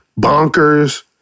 Bonkers